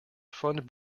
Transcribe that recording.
fund